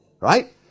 Right